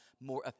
more